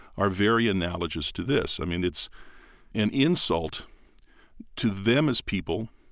are very analogous to this. i mean, it's an insult to them as people,